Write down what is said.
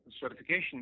certification